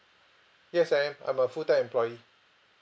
yes I am I'm a full time employee